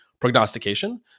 prognostication